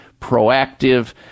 proactive